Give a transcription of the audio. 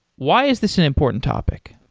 why is this an important topic?